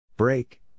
Break